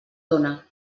dóna